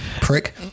prick